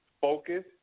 focus